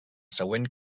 següent